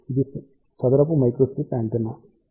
ఇది చదరపు microstrip antenna